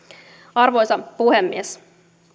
arvoisa puhemies